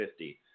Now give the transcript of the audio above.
50